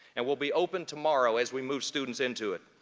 and will be open tomorrow as we move students into it.